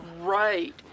Right